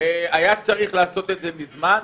היה צריך לעשות את זה מזמן.